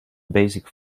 basic